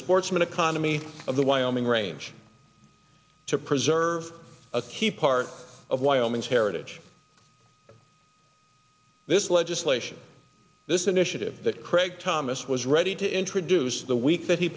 sportsman economy of the wyoming range to preserve a key part of wyoming heritage this legislation this initiative that craig thomas was ready to introduce the week that he